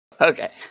Okay